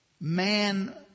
man